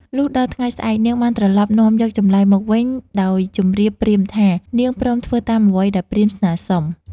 លុះដល់ថ្ងៃស្អែក នាងបានត្រឡប់នាំយកចម្លើយមកវិញ ដោយជម្រាបព្រាហ្មណ៍ថា នាងព្រមធ្វើតាមអ្វីដែលព្រាហ្មណ៍ស្នើសុំ។